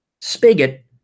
spigot